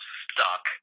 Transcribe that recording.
stuck